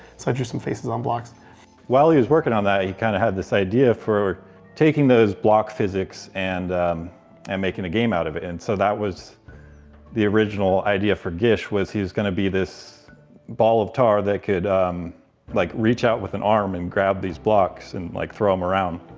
so i drew some faces on blocks. alex while he was working on that, he kind of had this idea for taking those block physics and and making a game out of and so that was the original idea for gish was he was going to be this ball of tar that could like reach out with an arm, and grab these blocks, and like, throw em around.